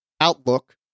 outlook